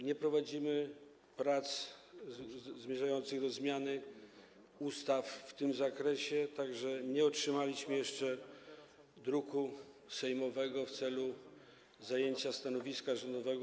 Nie prowadzimy prac zmierzających do zmiany ustaw w tym zakresie, nie otrzymaliśmy jeszcze druku sejmowego w celu zajęcia stanowiska rządowego.